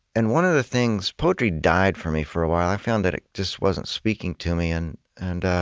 and one of the things poetry died for me, for a while. i found that it just wasn't speaking to me. and and